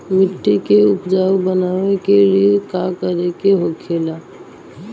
मिट्टी के उपजाऊ बनाने के लिए का करके होखेला?